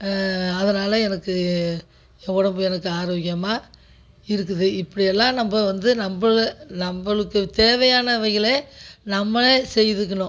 அதனால் எனக்கு உடம்பு எனக்கு ஆரோக்கியமாக இருக்குது இப்படியெல்லாம் நம்ம வந்து நம்மளு நம்மளுக்கு தேவையானவைகளை நம்மளே செய்துகணும்